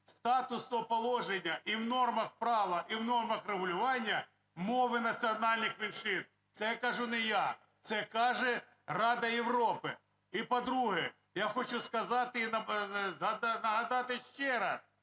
статусу, положення і в нормах права, і в нормах регулювання мови національних меншин. Це кажу не я, це каже Рада Європи. І, по-друге, я хочу сказати і нагадати ще раз,